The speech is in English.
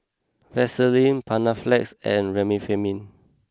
Vaselin Panaflex and Remifemin